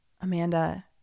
Amanda